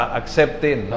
accepting